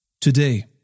Today